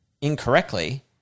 incorrectly